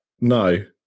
No